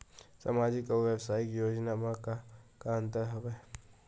सामाजिक अउ व्यक्तिगत योजना म का का अंतर हवय?